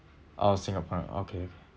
oh singaporean okay